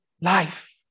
life